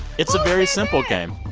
it's a very simple game.